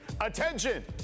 attention